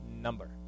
number